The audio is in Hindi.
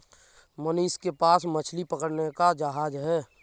मनीष के पास मछली पकड़ने का जहाज है